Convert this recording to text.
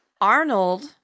Arnold